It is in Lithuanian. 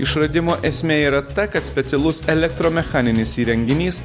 išradimo esmė yra ta kad specialus elektromechaninis įrenginys